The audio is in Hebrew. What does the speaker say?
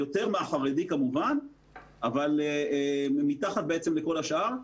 יותר מהחרדי כמובן אבל מתחת לכל השאר.